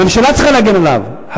הממשלה צריכה להגן עליו,